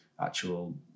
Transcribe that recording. actual